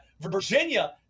Virginia